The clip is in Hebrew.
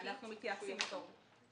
אנחנו מתייעצים אתו.